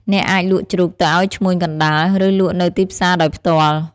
អ្នកអាចលក់ជ្រូកទៅឲ្យឈ្មួញកណ្តាល ឬលក់នៅទីផ្សារដោយផ្ទាល់។